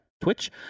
Twitch